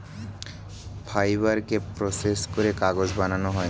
ফাইবারকে প্রসেস করে কাগজ বানানো হয়